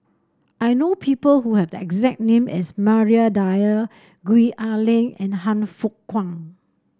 I know people who have the exact name as Maria Dyer Gwee Ah Leng and Han Fook Kwang